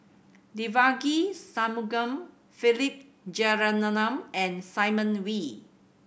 Devagi Sanmugam Philip Jeyaretnam and Simon Wee